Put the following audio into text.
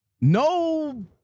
no